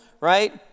right